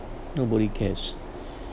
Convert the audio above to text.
nobody cares